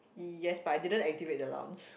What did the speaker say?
yes but I didn't activate the lounge